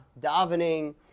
Davening